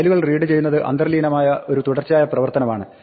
ഫയലുകൾ റീഡ് ചെയ്യുന്നത് അന്തർലീനമായ ഒരു തുടർച്ചയായ പ്രവർത്തനമാണ്